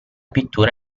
pittura